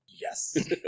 yes